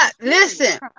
Listen